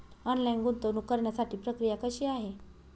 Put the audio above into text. Online गुंतवणूक करण्यासाठी प्रक्रिया कशी आहे?